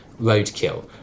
roadkill